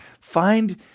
find